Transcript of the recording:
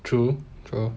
true true